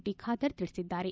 T Khader ತಿಳಿಸಿದ್ದಾರೆ